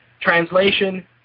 Translation